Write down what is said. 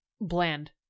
bland